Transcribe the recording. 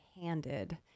handed